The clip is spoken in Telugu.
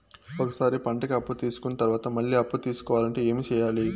ఒక సారి పంటకి అప్పు తీసుకున్న తర్వాత మళ్ళీ అప్పు తీసుకోవాలంటే ఏమి చేయాలి?